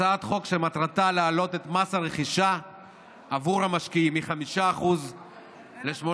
הצעת חוק שמטרתה להעלות את מס הרכישה עבור המשקיעים מ-5% ל-8%.